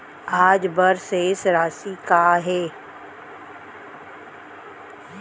आज बर शेष राशि का हे?